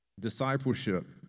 discipleship